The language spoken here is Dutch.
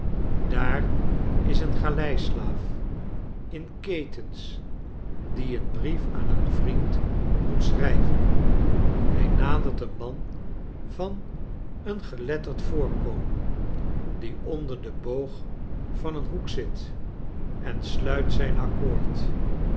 daar is een galeislaaf in ketens die een brief aan een vriend moet schrijven hy nadert een man van een geletterd voorkomen die onder den boog van een hoek zit en sluit zijn accoord